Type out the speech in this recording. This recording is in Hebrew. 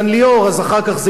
אז אחר כך זה הרי התפרסם.